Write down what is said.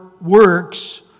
works